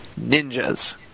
Ninjas